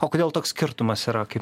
o kodėl toks skirtumas yra kaip